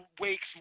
Wake's